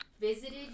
Visited